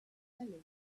belly